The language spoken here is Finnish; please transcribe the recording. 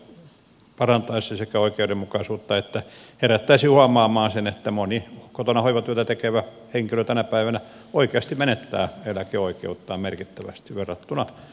asia sekä parantaisi oikeudenmukaisuutta että herättäisi huomaamaan sen että moni kotona hoivatyötä tekevä henkilö tänä päivänä oikeasti menettää eläkeoikeuttaan merkittävästi verrattuna työelämässä käyvään